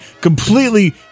Completely